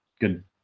good